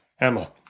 Emma